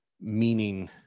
meaning